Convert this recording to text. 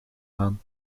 aan